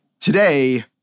today